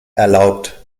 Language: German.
erlaubt